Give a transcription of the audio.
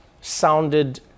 sounded